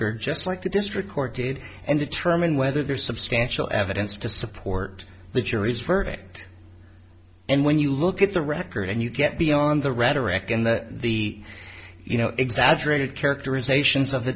cord just like the district court did and determine whether there's substantial evidence to support the jury's verdict and when you look at the record and you get beyond the rhetoric and the you know exaggerated characterizations of the